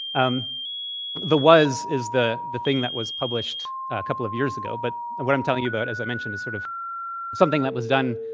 um the was is the the thing that was published a couple of years ago. but what i'm telling you about, as i mentioned, is sort of something that was done